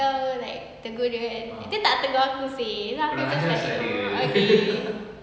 kau like tegur dia kan dia tak tegur aku seh then aku just like um okay